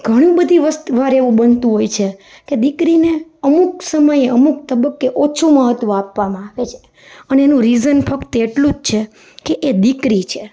ઘણી બધી વસ્ત વાર એવું બનતું હોય છે કે દીકરીને અમુક સમયે અમુક તબ્બકે ઓછું મહત્વ આપવામાં આવે છે અને એનું રિઝન ફક્ત એટલું જ છે કે એ દીકરી છે